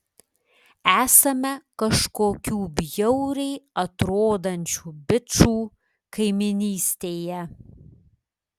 esame kažkokių bjauriai atrodančių bičų kaimynystėje